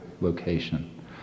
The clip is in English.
location